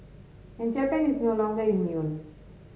and Japan is no longer immune